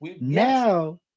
Now